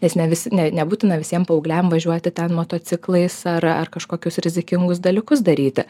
nes ne visi ne nebūtina visiem paaugliam važiuoti ten motociklais ar ar kažkokius rizikingus dalykus daryti